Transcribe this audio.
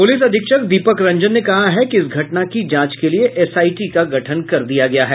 police अधीक्षक दीपक रंजन ने कहा है इस घटना की जांच के लिये एसआईटी का गठन कर दिया गया है